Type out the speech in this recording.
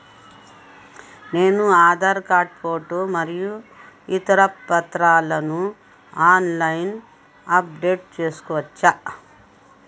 నేను Aadhaar card photo మరియు ఇతర పత్రాలను ఆన్ లైన్ అప్ డెట్ చేసుకోవచ్చా?